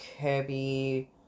Kirby